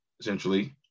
essentially